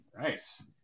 Nice